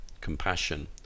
compassion